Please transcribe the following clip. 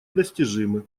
достижимы